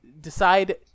decide